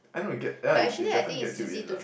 I don't get ya it definitely gets you in lah